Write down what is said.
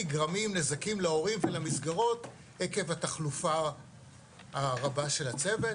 נגרמים נזקים להורים בין המסגרות עקב התחלופה הרבה של הצוות.